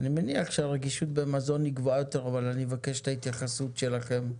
מניח שהרגישות במזון היא גבוהה יותר אבל אני מבקש את ההתייחסות שלכם.